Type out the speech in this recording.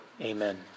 Amen